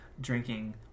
drinking